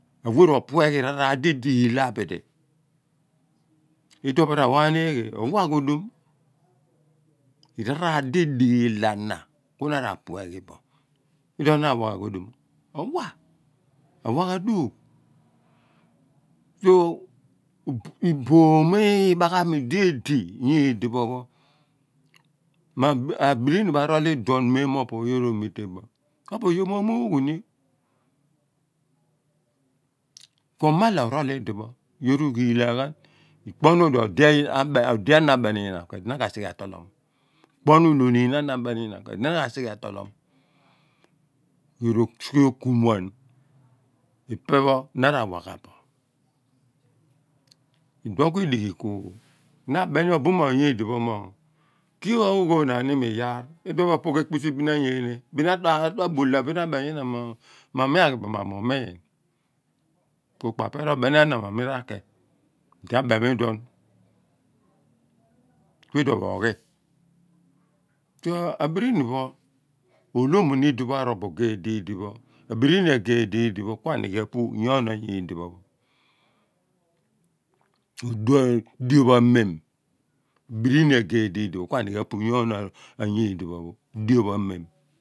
Aweh ro pue ghi raar di idighi ela bidi po ra wa ghan eeghe owah ghudum raaraa di idighi ila na kuna ra pueghi bo idio pho na ra wa ghudum? Owa̱ rowa ghan duugh iboom ibagha mi di edi bo ni nyidi pho ma birini pho arool iduon mom mo opo pho yo omete boogh obo yoor mo muughu ni kuo mala orool iduon eloh ikpoonu di odea na abeni yina kuidi na ka sighe ato̱ lo̱m ikpo nu lo oniin ana abeni inyina kue di na ka sighe atoolo̱m ipe pho kedi na rawah ghan bo idount kidighi, na abeni obuumoony kiin ugho naan imi iyaar akpam ikpo ki pho biin a pogh ekpisi been anyeene biin abulah bin a beni yina mo mi a wha bo mo miu miin. Kpa ri pe robeni ana mo miina ki odi a bem idion mo miu miin. So abirinipho olomun idipho pho arool bo ghe di di pho abirini age didi pho kua nighe apu yoon ayidipho diop pha mem abirini age di di pho kua nighe apu nyon a̱ nyii di pho̱.